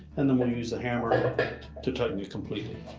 and then we'll use a hammer to tighten it completely.